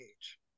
age